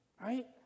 right